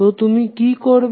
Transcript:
তো তুমি কি করবে